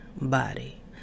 body